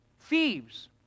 thieves